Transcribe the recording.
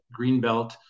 Greenbelt